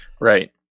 Right